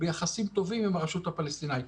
ביחסים טובים עם הרשות הפלסטינית.